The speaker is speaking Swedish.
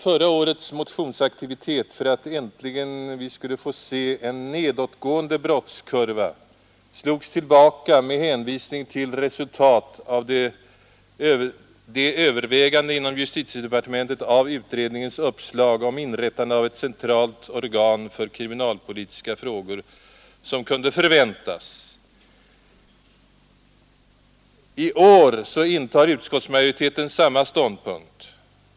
Förra årets motionsaktivitet för att vi äntligen skulle få se en nedåtgående brottskurva slogs tillbaka med hänvisning till resultat av de överväganden inom justitiedepartementet av utredningens uppslag om inrättande av ett centralt organ för kriminalpolitiska frågor som kunde förväntas. I år intar utskottsmajoriteten samma ståndpunkt.